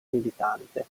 militante